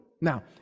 Now